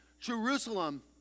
Jerusalem